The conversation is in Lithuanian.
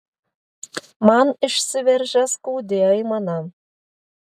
man išsiveržia skaudi aimana